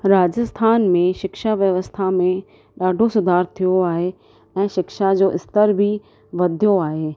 राजस्थान में शिक्षा व्यवस्था में ॾाढो सुधारु थियो आहे ऐं शिक्षा जो स्तर बि वधियो आहे